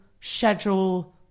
schedule